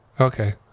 okay